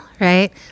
right